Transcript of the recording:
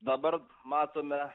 dabar matome